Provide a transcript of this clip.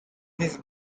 this